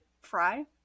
fry